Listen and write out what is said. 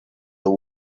the